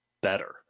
better